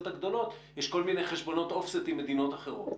הגדולות יש כל מיני חשבונות offset עם מדינות אחרות.